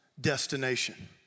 destination